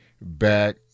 back